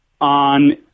on